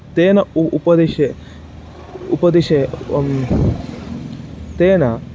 तेन उ उपदेशेन उपदेशेन तेन